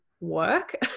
work